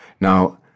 Now